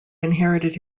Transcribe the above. inherited